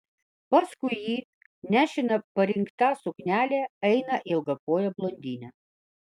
paskui jį nešina parinkta suknele eina ilgakojė blondinė